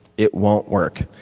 it won't work.